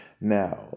Now